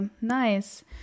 nice